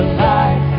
life